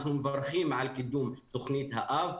אנחנו מברכים על קידום תוכנית האב,